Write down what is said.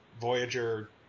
Voyager